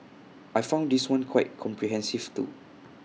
I found this one quite comprehensive too